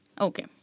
Okay